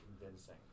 convincing